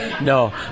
No